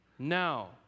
Now